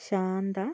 Shantha